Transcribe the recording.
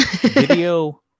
video